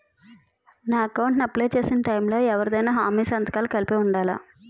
నా అకౌంట్ ను అప్లై చేసి టైం లో ఎవరిదైనా హామీ సంతకాలు కలిపి ఉండలా?